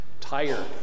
tired